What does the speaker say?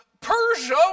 Persia